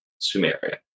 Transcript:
sumeria